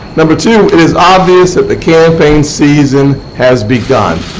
number two, it is obvious that the campaign season has begun.